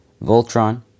Voltron